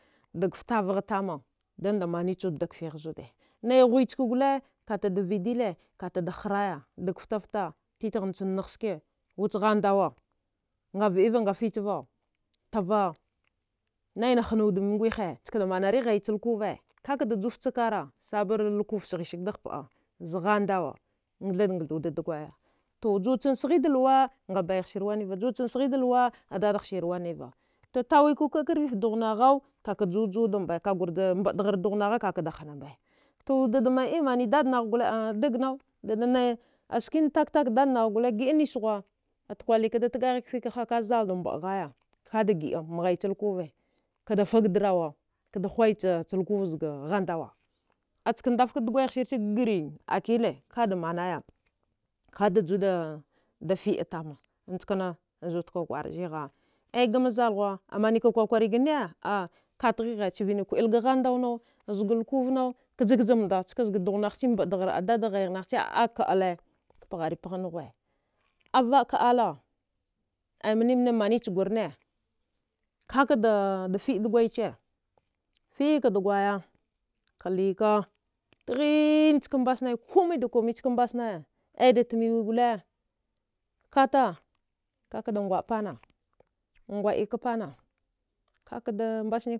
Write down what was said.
Daga fitavaha tunda mineci wudi adga fighe na hwe ci gwal ka tida vidile kati da hayaya daga fatia fata titina ci naha hduwa avdi va ga ficiva naya na hina wude gwiha ari hanya ci lukwve ka ka da juwa da fei kara ta bar lukwve siyi shiga da hapka zaga hduwa gtha da gtha wude dugwaya, to juci sihi da yluwa a dada siri waneva, to tawa kudkarvi fte dughunaha, ka juju da mba, ka kwari nbadari dughuna, ka gwar ju da hinha mba, to da iye dada naha gwalka da naya nata ski kena, tak tak dada naha kgida niseth khu, atukla ka da tikhaya ka kfe ka ha, ka zalada mbdahaya ka da gida ma haya ci lukwuve ka da fga drawa ka ci hwaya cici lukwuve zga ghndawa. Aska ndava ka dagwaya siyeci gram akile ka da manaya ka tu da fiɗa tama nickena zu wude kwara zigha, aya gma zalhhu mani ka kwa kwara ga ni, a ka dihi chana kwaɗile ga hndawa ziga lukwuve na gaja gaja nda ska ziga dughwa nayi mbdayi hiay dada haya aika mbla ka paheri paha ne hwe, afvaka dalila mine mine mani jugwara ni ka da ka da fdi dugwaya ci fidika dugwaya killika dahine ska mbasnaya kome da kome aya da timi wi gwal kata ka ka dgwaa pana gwdika pana ka da mbasnaya